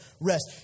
rest